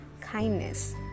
kindness